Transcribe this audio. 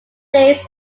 days